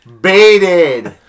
Baited